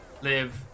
live